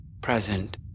present